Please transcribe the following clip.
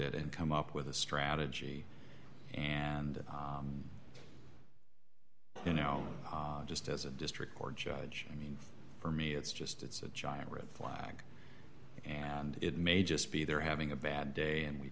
it and come up with a strategy and you know just as a district court judge for me it's just it's a giant red flag and it may just be they're having a bad day and we